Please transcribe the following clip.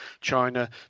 China